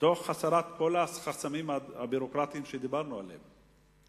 תוך הסרת כל החסמים הביורוקרטיים שדיברנו עליהם.